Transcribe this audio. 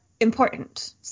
important